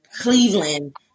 Cleveland